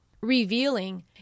revealing